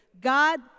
God